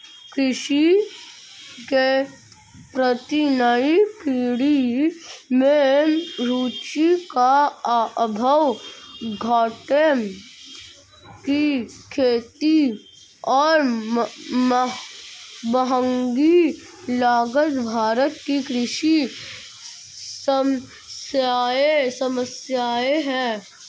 कृषि के प्रति नई पीढ़ी में रुचि का अभाव, घाटे की खेती और महँगी लागत भारत की कृषि समस्याए हैं